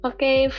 Okay